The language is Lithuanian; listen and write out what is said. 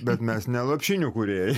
bet mes ne lopšinių kūrėjai